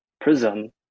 Prism